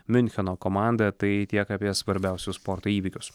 miuncheno komandą tai tiek apie svarbiausius sporto įvykius